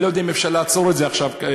אני לא יודע אם אפשר לעצור את זה עכשיו מייד,